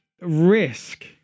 risk